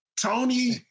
Tony